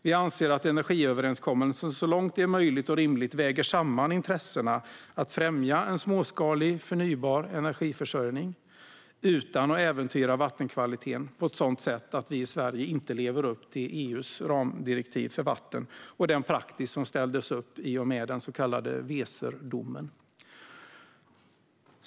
Vi anser att energiöverenskommelsen så långt det är möjligt och rimligt väger samman intressena att främja en småskalig förnybar elförsörjning och att inte äventyra vattenkvaliteten på ett sådant sätt att Sverige inte lever upp till EU:s ramdirektiv för vatten och den praxis som ställdes upp i och med den så kallade Weserdomen.